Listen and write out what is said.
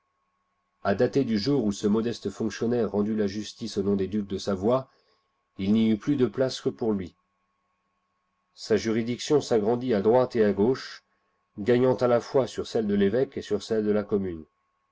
a dater du jour où ce modeste fonctionnaire rendit la justice au nom des ducs de savoie il n'y eut plus de place que pour lui sa juridiction s'agrandit à droite et à gauche gagnant à la fois sur celle de i'évôque et sur celle de la commune